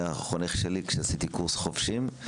הוא היה חונך שלי כשעשיתי קורס חובשים,